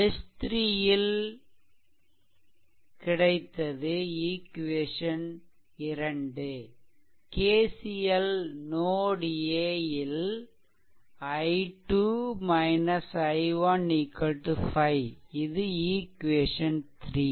மெஷ்3 ல் கிடைத்தது equation 2 KCL node A ல் i2 i1 5 இது ஈக்வேசன் 3